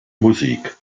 musik